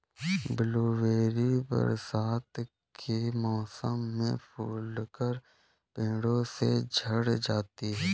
blueberry बरसात के मौसम में फूलकर पेड़ों से झड़ जाते हैं